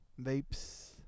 vapes